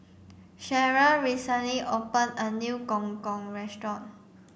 Cheryll recently opened a new Gong Gong restaurant